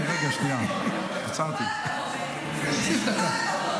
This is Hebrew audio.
כל הכבוד,